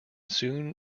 soon